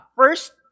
first